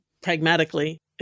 pragmatically